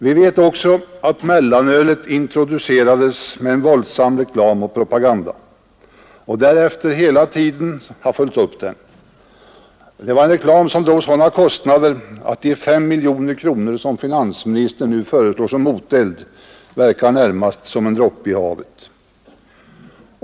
Vi vet också att mellanölet introducerades med en våldsam reklam och propaganda — som därefter hela tiden har följts upp — som drog sådana kostnader att de 5 miljoner kronor som finansministern nu föreslår som moteld närmast verkar som en droppe i havet.